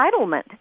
entitlement